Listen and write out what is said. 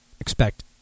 expect